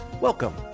Welcome